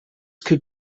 could